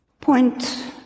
point